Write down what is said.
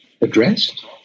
addressed